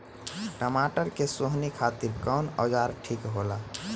टमाटर के सोहनी खातिर कौन औजार ठीक होला?